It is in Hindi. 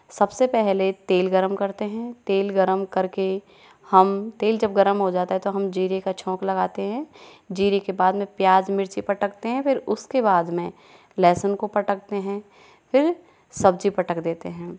सबसे पहले तेल गर्म करते हैं तेल गरम करके हम तेल जब गर्म हो जाता हैं तो हम ज़ीरे का छौंक लगाते हैं ज़ीरे के बाद में प्याज़ मिर्ची पटकते हैं फिर उसके बाद में लहसुन को पटकते हैं फिर सब्ज़ी पटक देते हैं